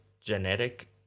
genetic